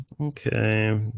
Okay